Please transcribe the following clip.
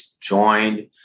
joined